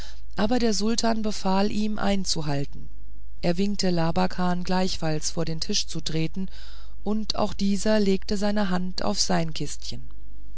aber der sultan befahl ihm einzuhalten er winkte labakan gleichfalls vor seinen tisch zu treten und auch dieser legte seine hand auf sein kistchen